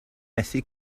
methu